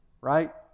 right